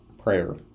prayer